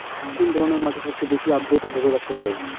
কোন ধরনের মাটি সবচেয়ে বেশি আর্দ্রতা ধরে রাখতে পারে?